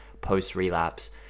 post-relapse